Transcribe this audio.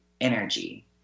energy